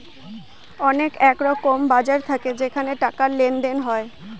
অনেক এরকম বাজার থাকে যেখানে টাকার লেনদেন হয়